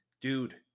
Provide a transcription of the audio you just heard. dude